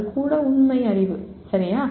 அது கூட உண்மை அறிவு சரியா